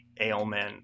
ailment